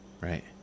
right